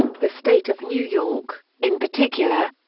the state of new york, in particular,